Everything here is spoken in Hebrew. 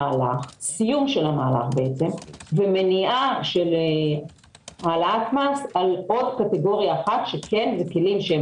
סיום של המהלך במניעה של העלאת מס על עוד קטגוריה אחת לכלים שהם